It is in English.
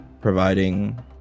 providing